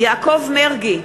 יעקב מרגי,